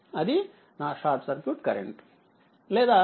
అది నాషార్ట్ circuit current లేదా iN